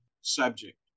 subject